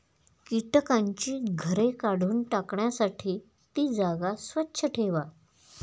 कीटकांची घरे काढून टाकण्यासाठी ती जागा स्वच्छ ठेवा